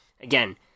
again